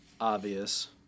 obvious